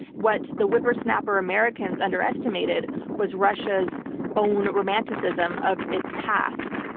what the whippersnapper americans underestimated was russia's own romanticism of its past,